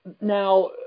now